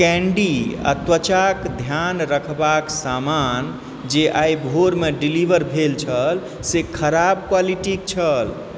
candy आ त्वचाक ध्यान रखबाक सामान जे आइ भोरमे डिलीवर भेल छल से खराब क्वालिटी क छल